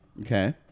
Okay